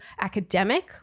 academic